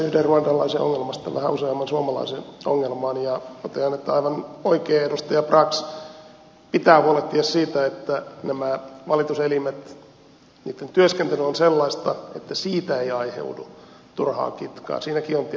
palaan tästä yhden ruandalaisen ongelmasta vähän useamman suomalaisen ongelmaan ja totean että aivan oikein edustaja brax pitää huolehtia siitä että näiden valitus elinten työskentely on sellaista että siitä ei aiheudu turhaa kitkaa